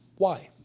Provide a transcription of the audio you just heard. why?